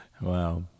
Wow